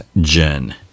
Jen